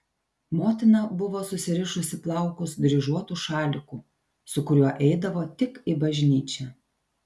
motina buvo susirišusi plaukus dryžuotu šaliku su kuriuo eidavo tik į bažnyčią